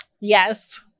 Yes